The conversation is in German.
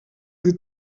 sie